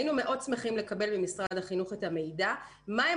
היינו מאוד שמחים לקבל ממשרד החינוך מידע על מה הם